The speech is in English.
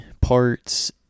parts